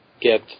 get